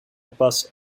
buzz